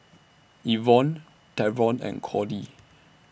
Evonne Travon and Cordie